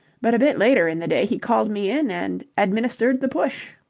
but a bit later in the day he called me in and administered the push.